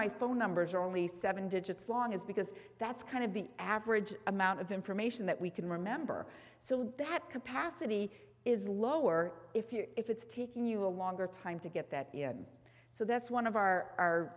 why phone numbers are only seven digits long is because that's kind of the average amount of information that we can remember so that capacity is lower if you're if it's taking you a longer time to get that in so that's one of our